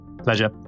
Pleasure